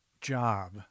job